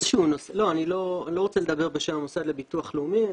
לא, אני לא רוצה לדבר בשם המוסד לביטוח לאומי.